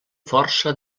força